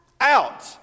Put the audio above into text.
Out